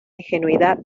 ingenuidad